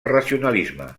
racionalisme